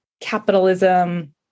capitalism